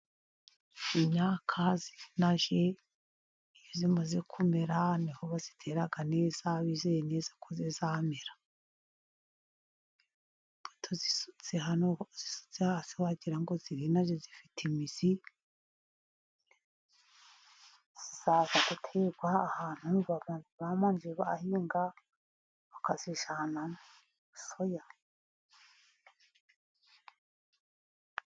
Inyaka yinaje iyo imaze kumera, niho bayitera neza bizeye neza ko izamera, tuyisutse hasi wagira ngo irinaje ifite imizi, yajya guterwa ahantu, babanje bahahinga bakayijyanamo soya.